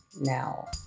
now